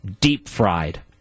deep-fried